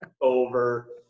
over